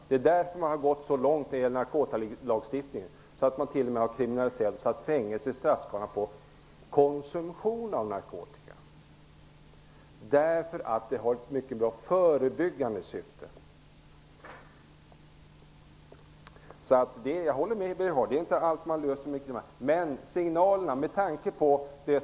Det är därför vi har gått så långt i narkotikalagstiftningen att man t.o.m. kan få fängelsestraff för konsumtion av narkotika, detta därför att det är bra i förebyggande syfte. Jag håller med Birger Hagård om att vi inte löser alla problem därmed.